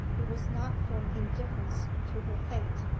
it was not from indifference to her fate.